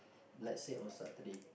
like say on Saturday